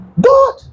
God